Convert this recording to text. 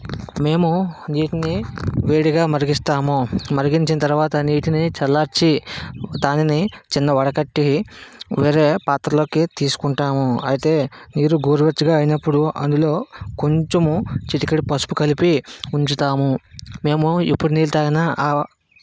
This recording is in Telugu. మేము నీటిని వేడిగా మరిగిస్తాము మరిగించిన తర్వాత నీటిని చలార్చి దానిని చిన్న వడగట్టి వేరే పాత్రలో తీసుకుంటాము అయితే నీరు గోరు వెచ్చగా అయినప్పుడు అందులో కొంచెము చిటికెడు పసుపు కలిపి ఉంచుతాము మేము ఎప్పుడు నీళ్ళు తాగిన